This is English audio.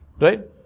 right